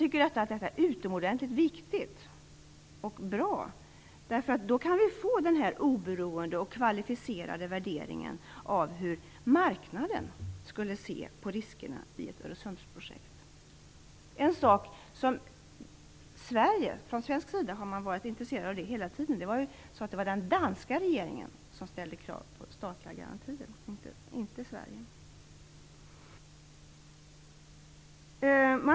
Jag tycker att detta är utomordentligt viktigt och bra, därför att då kan vi få den här oberoende och kvalificerade värderingen av hur marknaden skulle se på riskerna i ett Öresundsprojekt. Det var den danska regeringen som ställde krav på statliga garantier, inte Sverige.